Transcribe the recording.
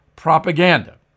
propaganda